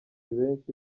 benshi